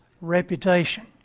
reputation